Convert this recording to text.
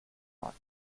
park